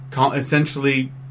Essentially